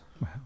Wow